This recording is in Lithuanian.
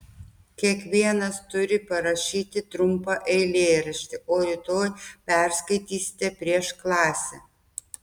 kiekvienas turi parašyti trumpą eilėraštį o rytoj perskaitysite prieš klasę